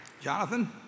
Jonathan